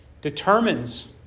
determines